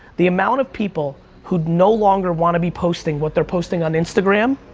the amount of people who no longer wanna be posting what they're posting on instagram,